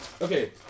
Okay